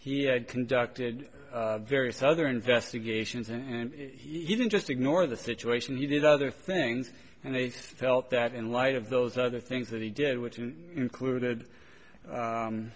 he had conducted various other investigations and he didn't just ignore the situation he did other things and they felt that in light of those other things that he did which included